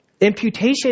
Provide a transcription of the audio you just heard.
Imputation